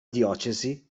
diocesi